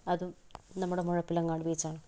അതും നമ്മുടെ മുഴപ്പിലങ്ങാട് ബീച്ചാണ്